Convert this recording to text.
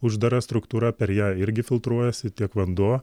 uždara struktūra per ją irgi filtruojasi tiek vanduo